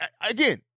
again